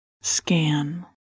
scan